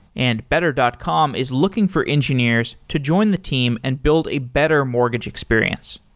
and better dot com is looking for engineers to join the team and build a better mortgage experience.